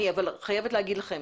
אבל אני חייבת להגיד לכם,